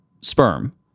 sperm